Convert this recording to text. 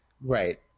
right